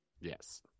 Yes